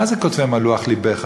מה זה "כתבם על לוח לבך"?